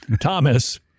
Thomas